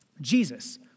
Jesus